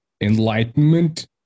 enlightenment